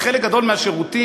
בחלק גדול מהשירותים